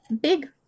big